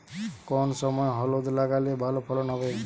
কোন সময় হলুদ লাগালে ভালো ফলন হবে?